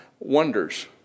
Wonders